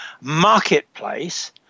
Marketplace